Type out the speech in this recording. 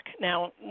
Now